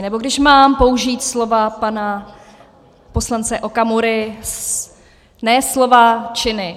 Nebo když mám použít slova pana poslance Okamury: ne slova, činy.